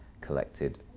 collected